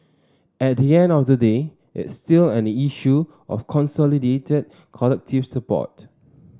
at the end of the day it's still an issue of consolidated collective support